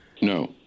No